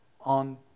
on